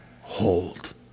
hold